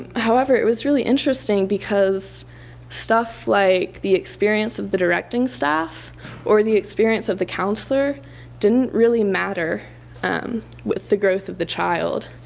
however it was really interesting because stuff like the experience of the directing staff or the experience of the counselor didn't really matter um with the growth of the child.